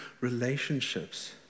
relationships